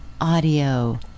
audio